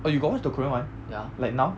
oh you got watch the korean [one] like now